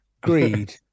Greed